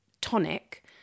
tonic